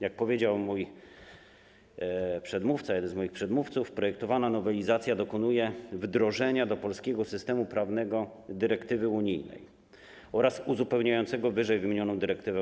Jak powiedział mój przedmówca, jeden z moich przedmówców, projektowana nowelizacja dokonuje wdrożenia do polskiego systemu prawnego dyrektywy unijnej oraz rozporządzenia uzupełniającego ww. dyrektywę.